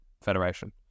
federation